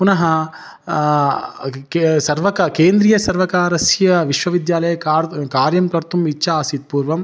पुनः के सर्वक केन्द्रीयसर्वकारस्य विश्वविद्यालयस्य कार् कार्यं कर्तुम् इच्छा आसीत् पूर्वम्